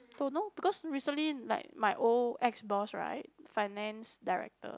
don't because recently like my old ex boss right finance director